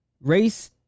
Race